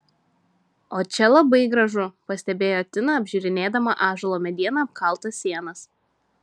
o čia labai gražu pastebėjo tina apžiūrinėdama ąžuolo mediena apkaltas sienas